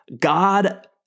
God